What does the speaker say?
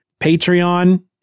Patreon